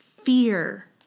Fear